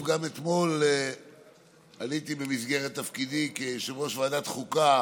גם אתמול עליתי במסגרת תפקידי כיושב-ראש ועדת חוקה.